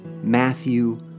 Matthew